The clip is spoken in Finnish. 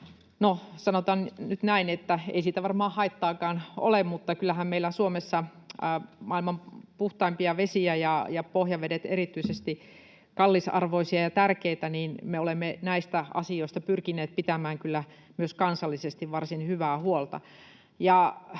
sanotaan nyt näin, että ei siitä varmaan haittaakaan ole, mutta kyllähän meillä on Suomessa maailman puhtaimpia vesiä ja pohjavedet erityisesti kallisarvoisia ja tärkeitä, ja me olemme näistä asioista pyrkineet pitämään kyllä myös kansallisesti varsin hyvää huolta.